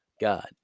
God